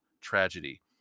tragedy